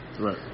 Right